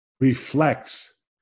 reflects